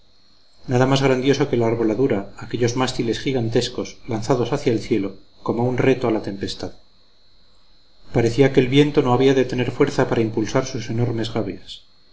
nada más grandioso que la arboladura aquellos mástiles gigantescos lanzados hacia el cielo como un reto a la tempestad parecía que el viento no había de tener fuerza para impulsar sus enormes gavias